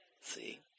See